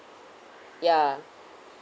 ya